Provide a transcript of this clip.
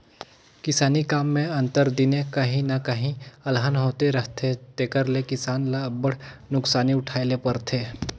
किसानी काम में आंतर दिने काहीं न काहीं अलहन होते रहथे तेकर ले किसान ल अब्बड़ नोसकानी उठाए ले परथे